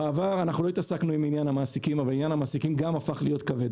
בעבר לא התעסקנו בעניין המעסיקים אבל עניין המעסיקים גם הפך להיות כבד.